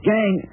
Gang